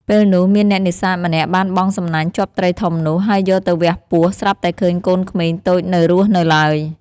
ពេលនោះ មានអ្នកនេសាទម្នាក់បានបង់សំណាញ់ជាប់ត្រីធំនោះ ហើយយកទៅវះពោះ ស្រាប់តែឃើញកូនក្មេងតូចនៅរស់នៅឡើយ។